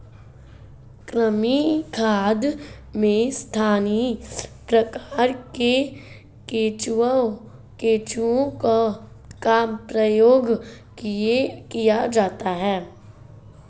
कृमि खाद में स्थानीय प्रकार के केंचुओं का प्रयोग किया जाता है